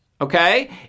okay